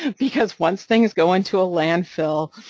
because once things go into a landfill,